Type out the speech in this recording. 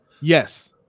Yes